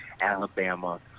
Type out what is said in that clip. Alabama